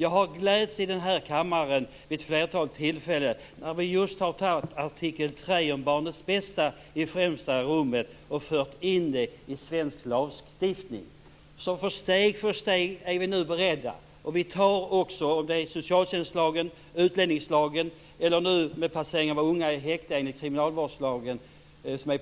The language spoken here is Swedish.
Jag har vid ett flertal tillfällen glatts i kammaren. Vi har just antagit att artikel 3 om att barnets bästa skall sättas i främsta rummet skall föras in i svensk lagstiftning. Steg för steg är vi beredda. Via socialtjänstlagen, utlänningslagen och nu lagrådsremissen om att placera unga i häkte enligt kriminalvårdslagen förs det